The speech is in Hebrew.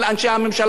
של ראש הממשלה,